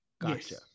Gotcha